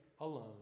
alone